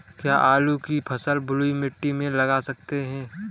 क्या आलू की फसल बलुई मिट्टी में लगा सकते हैं?